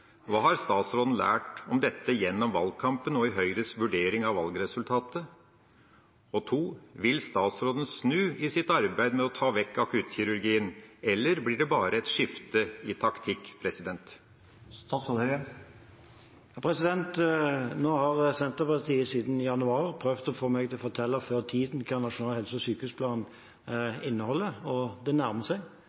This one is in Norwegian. Hva har statsråden lært av dette gjennom valgkampen og av Høyres vurdering av valgresultatet? 2) Vil statsråden snu i sitt arbeid med å ta vekk akuttkirurgien, eller blir det bare et skifte av taktikk? Nå har Senterpartiet siden januar prøvd å få meg til å fortelle før tiden hva nasjonal helse- og sykehusplan inneholder. Det nærmer seg.